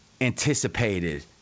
anticipated